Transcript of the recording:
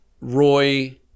Roy